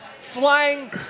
flying